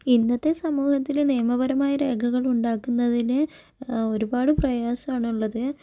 ഇന്നത്തെ സമൂഹത്തിൽ നിയമപരമായ രേഖകളുണ്ടാക്കുന്നതിന് ഒരുപാട് പ്രയാസമാണുള്ളത്